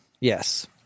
Yes